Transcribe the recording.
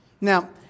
Now